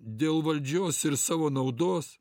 dėl valdžios ir savo naudos